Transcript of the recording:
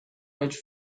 rage